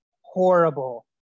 horrible